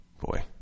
boy